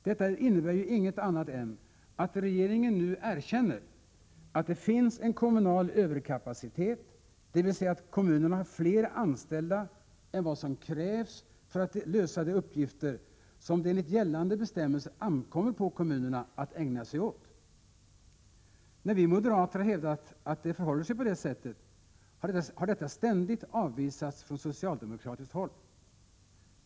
Det innebär ju inget annat än att regeringen nu erkänner att det finns en kommunal överkapacitet, dvs. att kommunerna har fler anställda än vad som krävs för att lösa de uppgifter som det enligt gällande bestämmelser ankommer på kommunerna att ägna sig åt. När vi moderater har hävdat att det förhåller sig på det sättet, har detta ständigt avvisats från socialdemokratiskt håll.